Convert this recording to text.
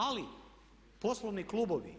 Ali poslovni klubovi,